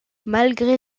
malgré